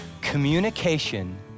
Communication